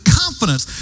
confidence